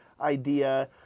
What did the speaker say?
idea